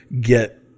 get